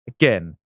again